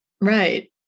right